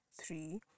three